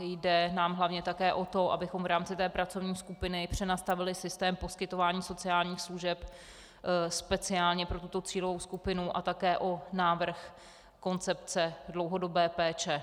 Jde nám hlavně také o to, abychom v rámci pracovní skupiny přenastavili systém poskytování sociálních služeb pro tuto cílovou skupinu, a také o návrh koncepce dlouhodobé péče.